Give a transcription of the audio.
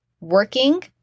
working